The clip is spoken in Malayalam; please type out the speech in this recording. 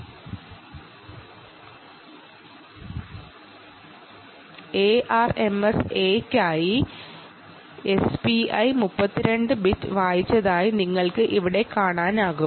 IRMSAയ്ക്കായി എസ്പിഐ 32 ബിറ്റ് റീഡ് ചെയ്തതായി നിങ്ങൾക്ക് കാണാനാകും